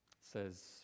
says